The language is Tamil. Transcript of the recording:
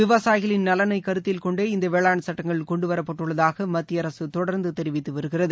விவசாயிகளின் நலனை கருத்தில் கொண்டே இந்த வேளாண் சட்டங்கள் கொண்டுவரப்பட்டுள்ளதாக மத்திய அரசு தொடர்ந்து தெரிவித்து வருகிறது